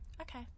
Okay